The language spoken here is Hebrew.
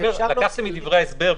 לקחתי מדברי ההסבר,